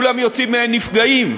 כולם יוצאים נפגעים,